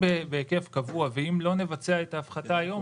בהיקף קבוע ואם לא נבצע את ההפחתה היום,